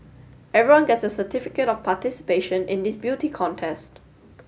everyone gets a certificate of participation in this beauty contest